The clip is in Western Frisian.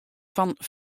fan